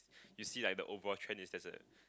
you see like the overall trend is there's a